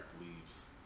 leaves